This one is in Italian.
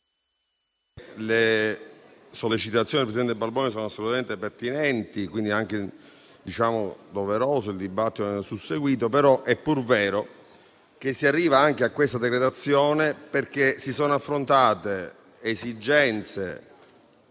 le sollecitazioni del presidente Balboni sono assolutamente pertinenti e quindi anche doveroso il dibattito che ne è seguito, è pur vero che si arriva a questa decretazione perché si sono affrontate esigenze